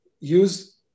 use